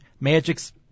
Magic's